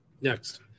Next